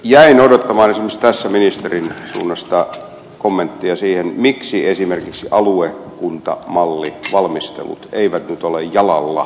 jäin odottamaan mustassa ministerin luistoa x kommenttia siihen miksi esimerkiksi aluekunta mallin valmistelut eivät ole enkä laula